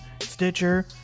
Stitcher